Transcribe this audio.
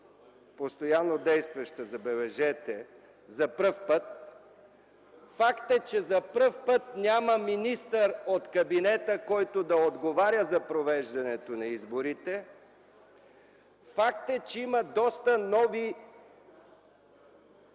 постоянно действаща, за пръв път. Факт е, че за първи път няма министър от кабинета, който да отговаря за провеждането на изборите. Факт е, че има доста нови